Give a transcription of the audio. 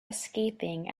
escaping